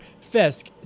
Fisk